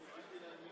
אני מבין אותם.